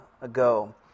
ago